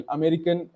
American